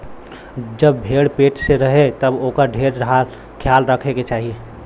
जब भेड़ पेट से रहे तब ओकर ढेर ख्याल रखे के चाही